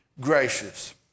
gracious